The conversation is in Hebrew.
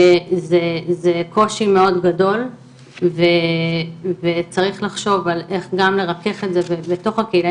זה קושי מאוד גדול וצריך לחשוב על איך גם לרכך את זה לתוך הקהילה,